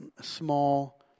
small